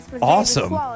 awesome